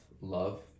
love